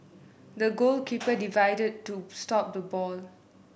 the goalkeeper dived to stop the ball